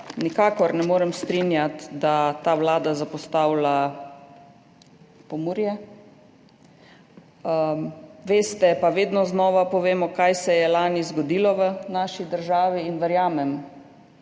nikakor ne morem strinjati, da ta vlada zapostavlja Pomurje. Veste pa vedno znova povemo, kaj se je lani zgodilo v naši državi, in verjamem,